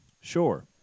Sure